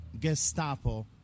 Gestapo